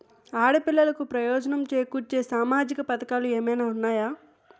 ఆడపిల్లలకు ప్రయోజనం చేకూర్చే సామాజిక పథకాలు ఏమైనా ఉన్నాయా?